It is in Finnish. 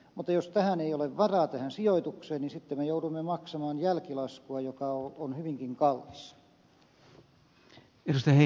mutta jos tähän sijoitukseen ei ole varaa niin sitten me joudumme maksamaan jälkilaskua joka on hyvinkin kallis